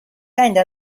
tende